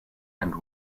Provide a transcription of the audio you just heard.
and